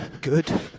good